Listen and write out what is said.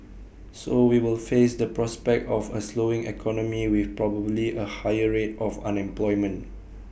so we will face the prospect of A slowing economy with probably A higher rate of unemployment